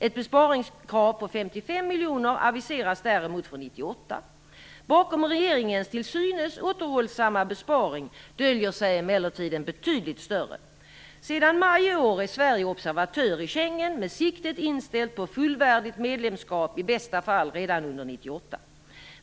Ett besparingskrav på 55 miljoner aviseras däremot för 1998. Bakom regeringens till synes återhållsamma besparing döljer sig emellertid en betydligt större. Sedan maj i år är Sverige observatör i Schengen med siktet inställt på fullvärdigt medlemskap i bästa fall redan under 1998.